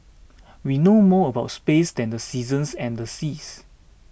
we know more about space than the seasons and the seas